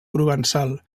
provençal